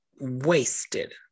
Wasted